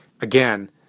Again